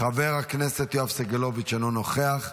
חבר הכנסת יואב סגלוביץ' אינו נוכח,